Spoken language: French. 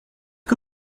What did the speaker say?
que